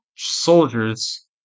soldiers